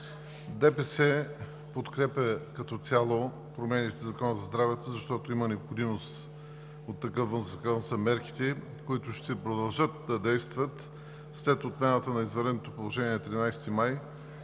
ДПС подкрепя като цяло промените в Закона за здравето, защото има необходимост от такъв закон за мерките, които ще продължат да действат след отмяната на извънредното положение на 13 май,